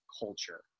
culture